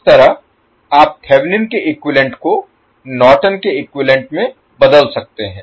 इस तरह आप थेवेनिन के इक्विवैलेन्ट को नॉर्टन के इक्विवैलेन्ट में बदल सकते हैं